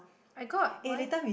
I got why